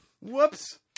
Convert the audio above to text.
Whoops